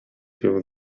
się